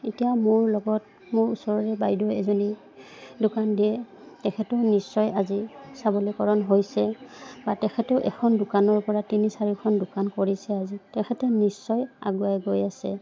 এতিয়া মোৰ লগত মোৰ ওচৰৰে বাইদেউ এজনী দোকান দিয়ে তেখেতেও নিশ্চয় আজি সবলীকৰণ হৈছে বা তেখেতেও এখন দোকানৰপৰা তিনি চাৰিখন দোকান কৰিছে আজি তেখেতে নিশ্চয় আগুৱাই গৈ আছে